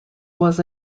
was